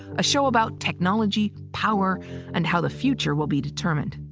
a show about technology, power and how the future will be determined.